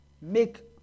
make